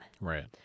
right